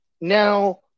now